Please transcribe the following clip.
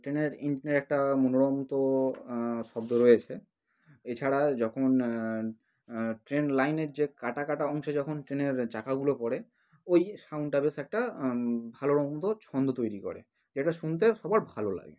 ট্রেনের ইঞ্জিনের একটা মনোরম তো শব্দ রয়েছে এছাড়া যখন ট্রেন লাইনের যে কাটা কাটা অংশে যখন ট্রেনের চাকাগুলো পড়ে ওই সাউন্ডটা বেশ একটা ভালো ছন্দ তৈরি করে যেটা শুনতে সবার ভালো লাগে